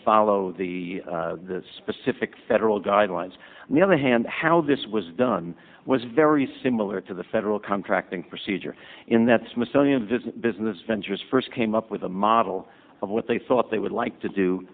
follow the specific federal guidelines and the other hand how this was done was very similar to the federal contracting procedure in that smithsonian business ventures first came up with a model of what they thought they would like to do